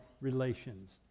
relations